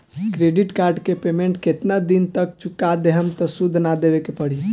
Credit card के payment केतना दिन तक चुका देहम त सूद ना देवे के पड़ी?